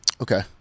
Okay